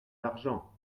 d’argent